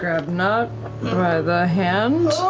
grab nott by the hand.